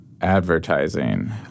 Advertising